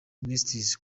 ministries